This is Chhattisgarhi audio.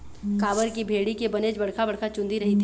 काबर की भेड़ी के बनेच बड़का बड़का चुंदी रहिथे